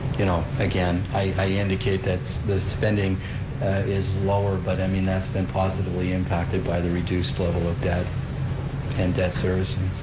you know, again, i indicate that the spending is lower, but i mean, that's been positively impacted by the reduced level of debt and debt servicing.